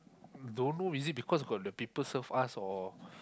don't know is it because got the people serve us or